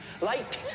light